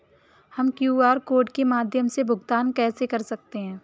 हम QR code के माध्यम से भुगतान कैसे कर सकते हैं?